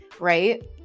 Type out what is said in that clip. right